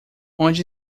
onde